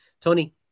Tony